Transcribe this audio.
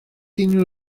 unrhyw